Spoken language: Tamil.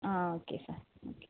ah okay sir okay